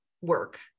work